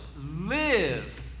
live